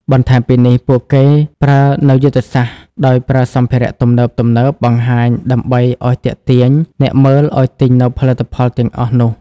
បន្ថែមពីនេះពួកគេប្រើនៅយុទ្ធសាស្រ្តដោយប្រើសម្ភារៈទំនើបៗបង្ហាញដើម្បីធ្វើឲ្យទាក់ទាញអ្នកមើលឲ្យទិញនៅផលិតផលទាំងអស់នោះ។